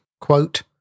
quote